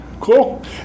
Cool